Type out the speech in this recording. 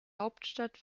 hauptstadt